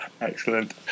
Excellent